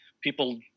people